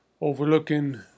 overlooking